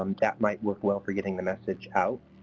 um that might work well for getting the message out.